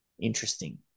Interesting